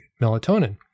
melatonin